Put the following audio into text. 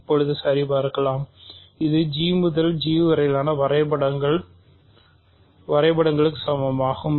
இப்போது சரிபார்க்கலாம் இது G முதல் G வரைபடங்களுக்கு சமமாகும்